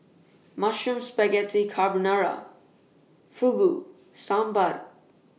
Mushroom Spaghetti Carbonara Fugu Sambar